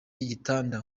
y’igitanda